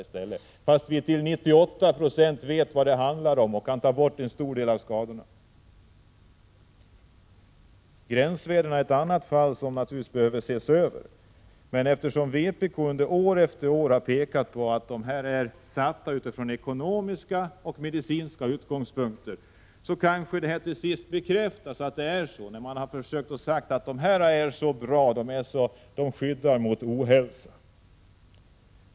Och detta trots att vi till 98 96 vet vad det handlar om och kan ta bort en stor del av skadorna. 'Gränsvärdena är en annan sak som naturligtvis behöver ses över. Vpk har år efter år visat på att de är satta utifrån ekonomiska och medicinska utgångspunkter. Men man har svarat att gränsvärdena är så bra och skyddar mot ohälsa. Gör man en översyn kanske det till sist kan bekräftas att det är som vi har sagt.